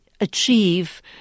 achieve